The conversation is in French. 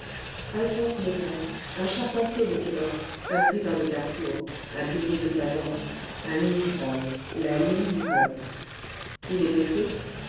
alphonse maigret un charpentier de québec un tribun de carrefour un pilier de taverne un ivrogne la lie du peuple il est blessé